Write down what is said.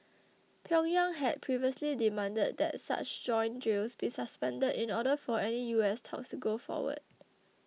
Pyongyang had previously demanded that such joint drills be suspended in order for any U S talks to go forward